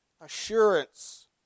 assurance